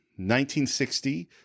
1960